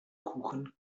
kuchen